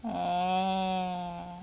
orh